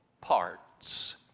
parts